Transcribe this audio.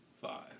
five